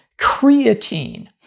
creatine